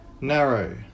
narrow